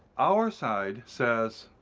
our side says,